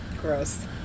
Gross